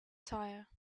tire